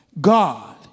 God